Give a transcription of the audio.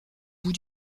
bout